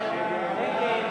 נגד?